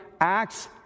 Acts